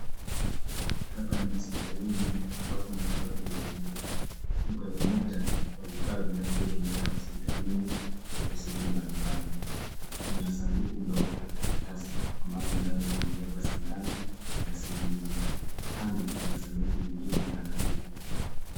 Hapa ni hospitalini ambapo matibabu hufanyika . Ni kwenye muktadha wa vifaa vinavyotumika hospitalini kwa kusudi mbali mbali. Kuna sanduku ndogo la karatasi ambalo ndani limewekwa sindano na sirinji . Kando kuna sanduku lingine la rangi nyeupe.